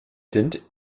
sind